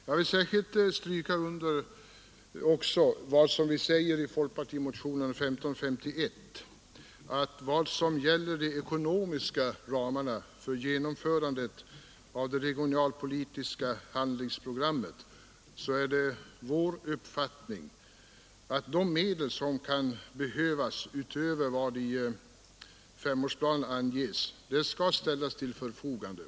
Jag vill särskilt stryka under vad vi säger i folkpartimotionen 1551 vad gäller de ekonomiska ramarna för genomförande av det regionalpolitiska handlingsprogrammet. Det är vår uppfattning att de medel som kan behövas utöver vad i femårsplanen anges skall ställas till förfogande.